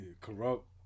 Corrupt